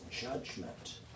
judgment